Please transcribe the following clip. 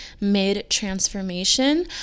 mid-transformation